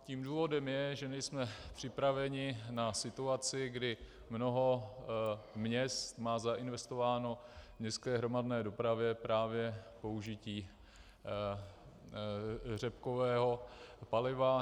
Tím důvodem je, že nejsme připraveni na situaci, kdy mnoho měst má zainvestováno v městské hromadné dopravě právě použití řepkového paliva.